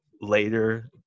later